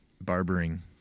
barbering